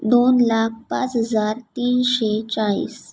दोन लाख पाच हजार तीनशे चाळीस